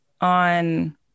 on